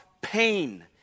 pain